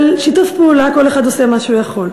שיתוף פעולה: כל אחד עושה מה שהוא יכול.